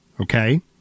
okay